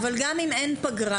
אבל גם אם אין פגרה,